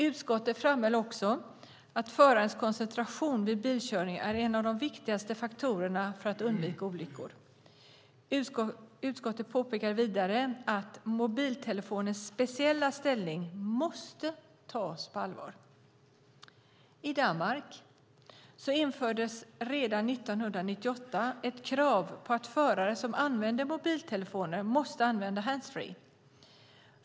Utskottet framhöll också att förarens koncentration vid bilkörning är en av de viktigaste faktorerna för att undvika olyckor. Utskottet påpekade vidare att mobiltelefonens speciella ställning måste tas på allvar. I Danmark infördes redan 1998 ett krav på att förare som använder mobiltelefoner måste använda handsfree.